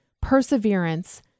perseverance